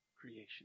creation